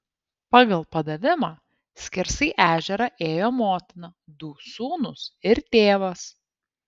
pagal padavimą skersai ežerą ėjo motina du sūnūs ir tėvas